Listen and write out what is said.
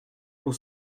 pour